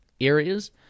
areas